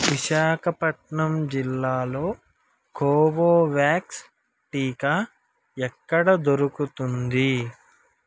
విశాఖపట్నం జిల్లాలో కోవోవ్యాక్స్ టీకా ఎక్కడ దొరుకుతుంది